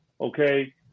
okay